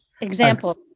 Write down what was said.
Example